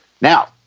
Now